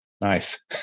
nice